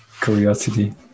curiosity